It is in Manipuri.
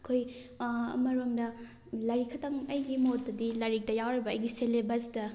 ꯑꯩꯈꯣꯏ ꯑꯃꯔꯣꯝꯗ ꯂꯥꯏꯔꯤꯛ ꯈꯛꯇꯪ ꯑꯩꯒꯤ ꯃꯣꯠꯇꯗꯤ ꯂꯥꯏꯔꯤꯛꯇ ꯌꯥꯎꯔꯤꯕ ꯑꯩꯒꯤ ꯁꯦꯂꯦꯕꯁꯇ